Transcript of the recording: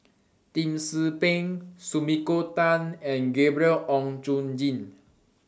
Lim Tze Peng Sumiko Tan and Gabriel Oon Chong Jin